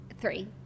Three